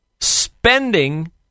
spending